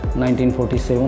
1947